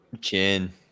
Chin